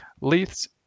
Leith's